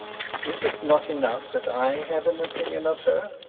is it not enough that i have an opinion of her,